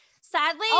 sadly